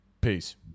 Peace